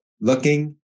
looking